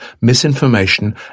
misinformation